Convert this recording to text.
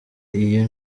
iyo